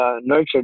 nurtured